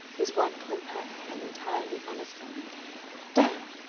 was one compact and entirely unassigned damn!